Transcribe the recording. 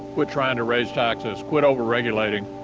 quit trying to raise taxes, quit over-regulating,